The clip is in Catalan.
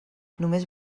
només